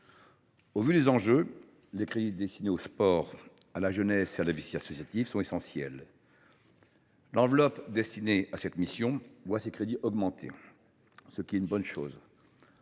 Au regard des enjeux, les crédits destinés au sport, à la jeunesse et à la vie associative sont essentiels. L’enveloppe destinée à cette mission voit ses crédits augmenter, ce qui est une bonne